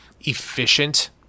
efficient